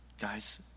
guys